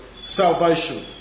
salvation